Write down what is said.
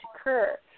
occur